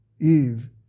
Eve